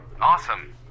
awesome